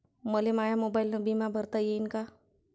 मले माया मोबाईलनं बिमा भरता येईन का?